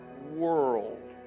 world